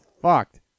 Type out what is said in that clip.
fucked